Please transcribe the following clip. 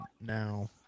now